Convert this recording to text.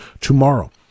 tomorrow